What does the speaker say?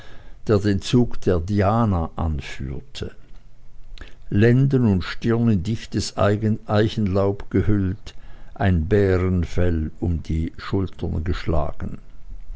der den zug der diana anführte lenden und stirn in dichtes eichenlaub gehüllt ein bärenfell um die schultern geschlagen